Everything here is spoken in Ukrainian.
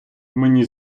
мені